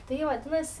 tai vadinasi